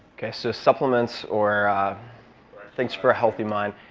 so supplements or things for a healthy mind.